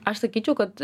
aš sakyčiau kad